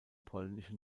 polnische